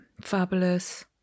Fabulous